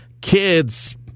kids